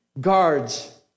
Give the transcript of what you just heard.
guards